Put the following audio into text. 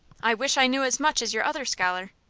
i wish i knew as much as your other scholar.